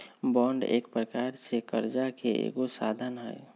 bond एक प्रकार से करजा के एगो साधन हइ